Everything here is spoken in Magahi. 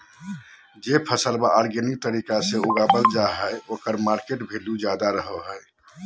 जे फसल ऑर्गेनिक तरीका से उगावल जा हइ ओकर मार्केट वैल्यूआ ज्यादा रहो हइ